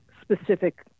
specific